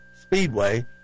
speedway